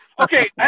Okay